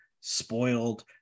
spoiled